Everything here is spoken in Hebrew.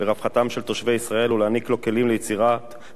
לרווחתם של תושבי ישראל ולהעניק לו כלים ליצירת אלטרנטיבה